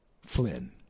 Flynn